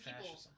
people